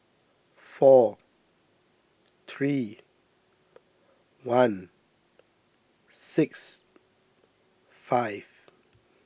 four three one six five